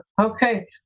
Okay